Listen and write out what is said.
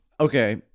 okay